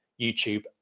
YouTube